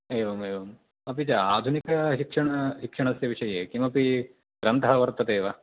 एवमेवम् अपि च आधुनिकशिक्षण शिक्षणस्य विषये किमपि ग्रन्थः वर्तते वा